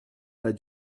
pas